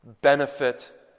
benefit